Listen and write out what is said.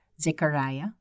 Zechariah